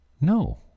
No